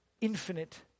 infinite